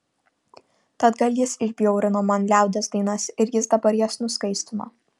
tad gal jis išbjaurino man liaudies dainas ir jis dabar jas nuskaistino